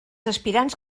aspirants